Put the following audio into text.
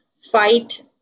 fight